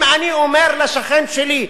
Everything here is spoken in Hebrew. אם אני אומר לשכן שלי: